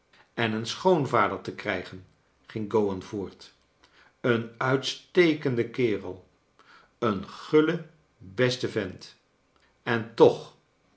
en een schoonvader te krijgen ging gowan voort een uitstekende kerel een guile beste vent en toch